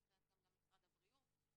נמצאים כאן גם ממשרד הבריאות,